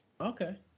Okay